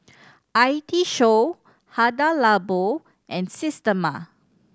I T Show Hada Labo and Systema